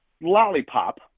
lollipop